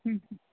हम्म